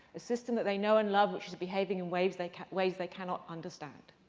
a system that they know and love, which is behaving in ways they ways they cannot understand.